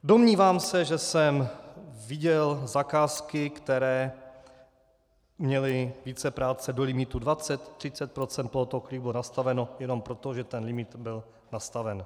Domnívám se, že jsem viděl zakázky, které měly vícepráce do limitu 20, 30 % nastaveno jenom proto, že limit byl nastaven.